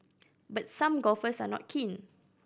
but some golfers are not keen